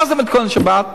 מה זאת מתכונת שבת?